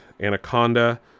Anaconda